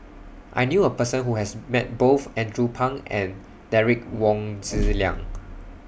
I knew A Person Who has Met Both Andrew Phang and Derek Wong Zi Liang